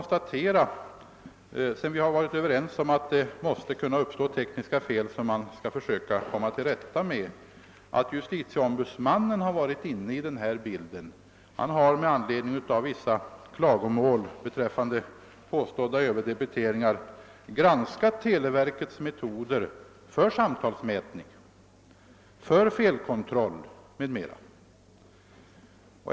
Sedan vi blivit överens om att det måste kunna uppstå tekniska fel som man skall försöka komma till rätta med vill jag konstatera att justitieombudsmannen också granskat denna sak. Han har med anledning av vissa klagomål beträffande påstådda överdebiteringar granskat televerkets metoder för samtalsmätning, för felkontroll m.m.